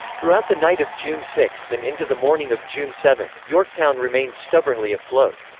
throughout the night of june six and into the morning of june seven, yorktown remained stubbornly afloat.